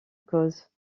cause